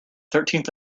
thirteenth